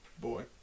Boy